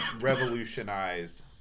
revolutionized